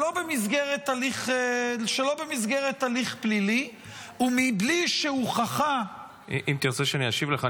שלא במסגרת הליך פלילי ומבלי שהוכחה -- אם תרצה שאשיב לך,